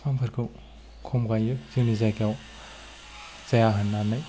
बिफांफोरखौ खम गायो जोंनि जायगायाव जाया होननानै